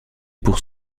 pour